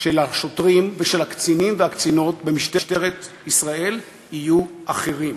של השוטרים ושל הקצינים והקצינות במשטרת ישראל יהיו אחרים.